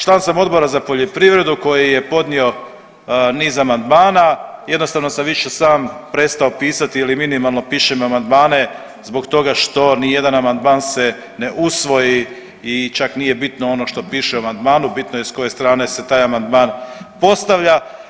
Član sam Odbora za poljoprivredu koji je podnio niz amandmana, jednostavno sam više sam prestao pisati ili minimalno pišem amandmane zbog toga što nijedan amandman se ne usvoji i čak nije bitno ono što piše u amandmanu bitno je s koje strane se taj amandman postavlja.